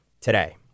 today